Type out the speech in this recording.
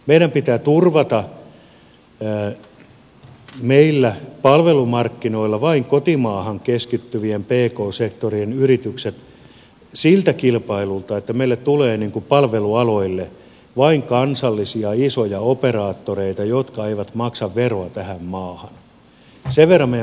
meidän pitää turvata meillä palvelumarkkinoilla vain kotimaahan keskittyvät pk sektorin yritykset siltä kilpailulta että meille tulee palvelualoille vain kansallisia isoja operaattoreita jotka eivät maksa veroa tähän maahan